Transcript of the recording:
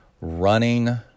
running